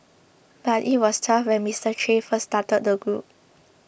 but it was tough when Mister Che first started the group